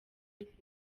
dufite